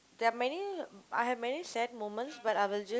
there are many I have many sad moments but I will just